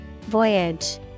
Voyage